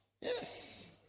Yes